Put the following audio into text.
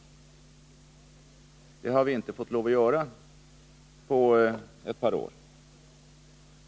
Det har vi visserligen inte fått lov att göra på ett par år.